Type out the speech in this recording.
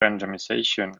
randomization